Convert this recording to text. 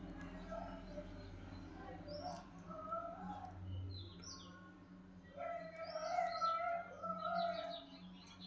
ಕಟಗಿಲೆ ಏನ ತಯಾರ ಮಾಡಬೇಕ ಅನಕೊಂಡಿರತಾರೊ ಆಧಾರದ ಮ್ಯಾಲ ಕತ್ತರಸ್ತಾರ ಅಂದ್ರ ಮನಿ ಹಾಕಾಕ ಆದ್ರ ಹಲಗಿ ಚೌಕಾಕಾರಾ